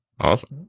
awesome